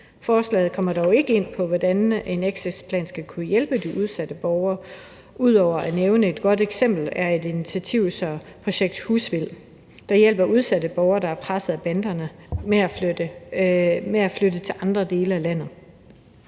Forslaget kommer dog ikke ind på, hvordan en exitplan skal kunne hjælpe de udsatte borgere, ud over at der nævnes et godt eksempel, som er et initiativ, der hedder Projekt Husvild, der hjælper udsatte borgere, der er presset af banderne, med at flytte til andre dele af landet.